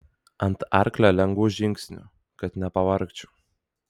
ant arklio lengvu žingsniu kad nepavargčiau